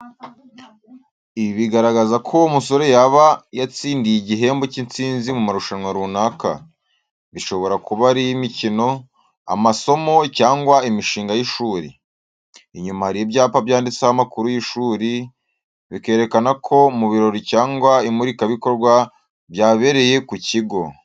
Ibi bigaragaza ko uwo musore yaba yatsindiye igihembo cy’intsinzi mu marushanwa runaka , bishobora kuba ari ay’imikino, amasomo, cyangwa imishinga y’ishuri. Inyuma hari ibyapa byanditseho amakuru y’ishuri, bikerekana ko ari mu birori cyangwa imurikabikorwa byabereye ku kigo.